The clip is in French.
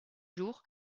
jours